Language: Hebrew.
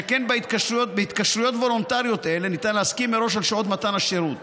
שכן בהתקשרויות וולונטריות אלה ניתן להסכים מראש על שעות מתן השירות.